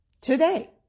Today